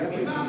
"קדימה"